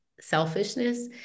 selfishness